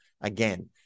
again